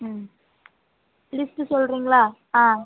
ம் லிஸ்ட் சொல்றிங்களா ஆ ஆ